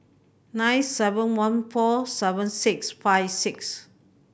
nine seven one four seven six five six